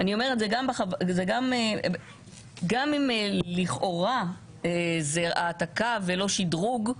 גם אם לכאורה זאת העתקה ולא שדרוג,